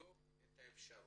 לבדוק את האפשרות.